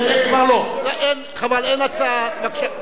אבל אין הצעה.